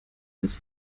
bis